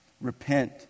repent